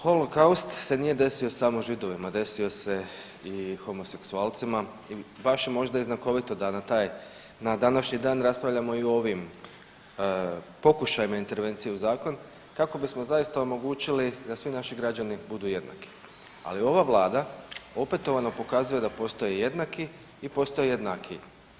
Holokaust se nije desio samo Židovima, desio se i homoseksualcima i baš je možda i znakovito da na taj, na današnji dan raspravljamo i o ovim pokušajima intervencije u zakon kako bismo zaista omogućili da svi naši građani budu jednaki, ali ova vlada opetovano pokazuje da postoje jednaki i postoje jednakiji.